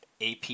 AP